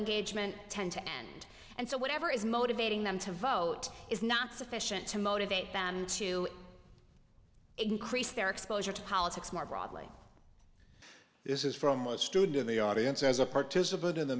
engagement tend to end and so whatever is motivating them to vote is not sufficient to motivate them to crease their exposure to politics more broadly this is from a student in the audience as a participant in